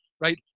right